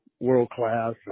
world-class